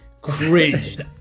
cringed